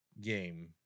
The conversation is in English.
game